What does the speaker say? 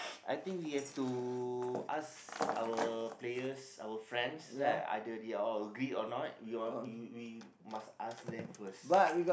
I think we have to ask our players our friends right either they all agree or not we all we we must ask them first